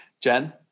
Jen